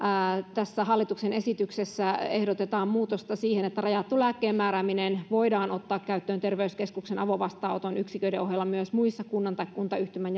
tässä hallituksen esityksessä ehdotetaan muutosta siten että rajattu lääkkeenmäärääminen voidaan ottaa käyttöön terveyskeskuksen avovastaanoton yksiköiden ohella myös muissa kunnan tai kuntayhtymän